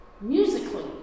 musically